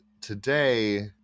today